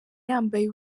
yambaye